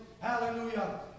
Hallelujah